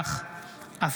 נוכח מנסור עבאס,